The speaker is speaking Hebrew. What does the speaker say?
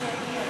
תכף זה יגיע.